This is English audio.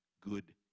good